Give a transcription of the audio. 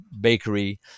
bakery